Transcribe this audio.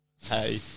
hey